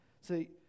See